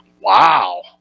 Wow